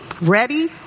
Ready